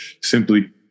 simply